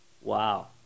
Wow